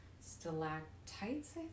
stalactites